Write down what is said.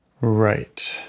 Right